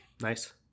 Nice